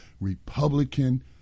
Republican